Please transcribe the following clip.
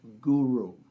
Guru